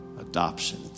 adoption